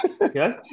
Okay